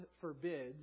forbids